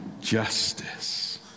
justice